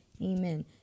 Amen